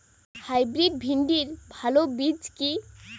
Hybrid ভিন্ডির ভালো বীজ কি?